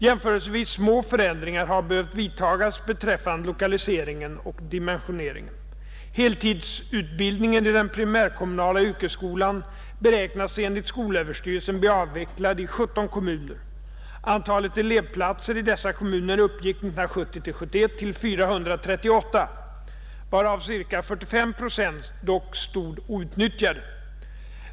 Jämförelsevis små förändringar har behövt vidtagas beträffande lokaliseringen och dimensioneringen, Heltidsutbildningen i den primärkommunala yrkesskolan beräknas enligt skolöverstyrelsen bli avvecklad i 17 kommuner. Antalet elevplatser i dessa kommuner uppgick 1970/71 till 438, varav ca 45 procent dock stod outnyttjade.